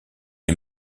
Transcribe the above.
est